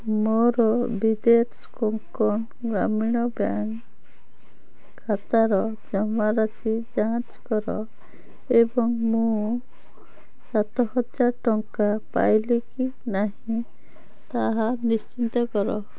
ମୋର ବିଦର୍ଭ କୋଙ୍କଣ ଗ୍ରାମୀଣ ବ୍ୟାଙ୍କ୍ ଖାତାର ଜମାରାଶି ଯାଞ୍ଚ କର ଏବଂ ମୁଁ ସାତହଜାର ଟଙ୍କା ପାଇଲି କି ନାହିଁ ତାହା ନିଶ୍ଚିତ କର